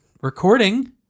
recording